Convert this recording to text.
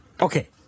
okay